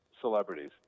celebrities